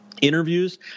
interviews